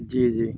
जी जी